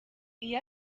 iyo